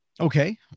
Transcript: Okay